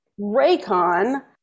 Raycon